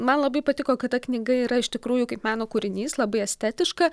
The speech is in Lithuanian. man labai patiko kad ta knyga yra iš tikrųjų kaip meno kūrinys labai estetiška